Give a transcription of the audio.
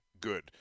good